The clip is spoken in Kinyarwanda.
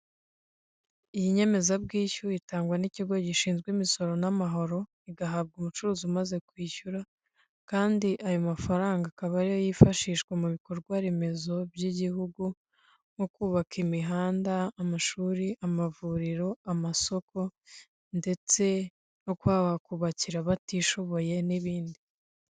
Iyi nyemezabwishyu itangwa n'ikigo gishinzwe imisoro n'amahoro igahabwa umucuruzi umaze kwishyura kandi ayo mafaranga akaba ariyo yifashishwa mu bikorwa remezo by'igihugu nko kubaka imihanda, amashuri, amavuriro, amasoko ndetse no kwakubakira abatishoboye n'ibindi.